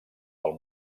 pel